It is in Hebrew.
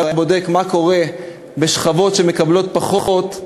היה בודק מה קורה בשכבות שמקבלות פחות,